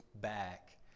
back